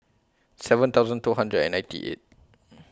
seven thousand two hundred and ninety eight